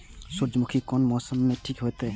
सूर्यमुखी कोन मौसम में ठीक होते?